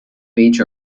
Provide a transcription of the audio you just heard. beach